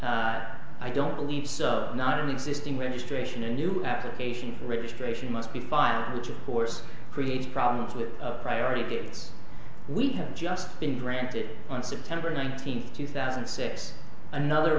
gag i don't believe the not existing registration a new application registration must be filed which of course creates problems with priority date we have just been granted on september nineteenth two thousand and six another